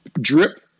drip